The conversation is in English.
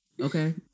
okay